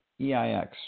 EIX